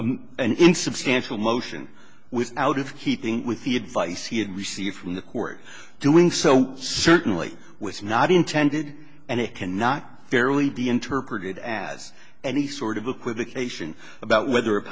an insubstantial motion with out of keeping with the advice he had received from the court doing so certainly was not intended and it cannot fairly be interpreted as any sort of equivocation about whether